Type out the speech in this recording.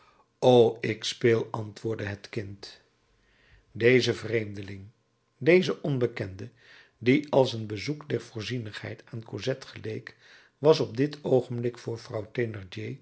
o ik speel antwoordde het kind deze vreemdeling deze onbekende die als een bezoek der voorzienigheid aan cosette geleek was op dit oogenblik voor vrouw